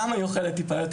למה היא אוכלת טיפה יותר?